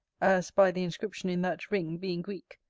as by the inscription in that ring, being greek,